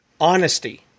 Honesty